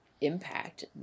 impact